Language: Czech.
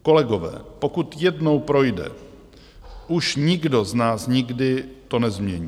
Kolegové, pokud jednou projde, už nikdo z nás nikdy to nezmění.